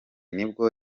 nibwo